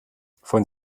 von